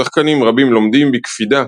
שחקנים רבים לומדים בקפידה